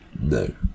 No